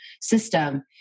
system